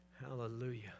Hallelujah